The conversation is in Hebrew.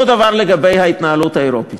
אותו דבר לגבי ההתנהלות האירופית.